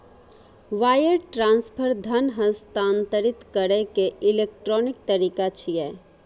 wire transfer धन हस्तांतरित करै के इलेक्ट्रॉनिक तरीका छियै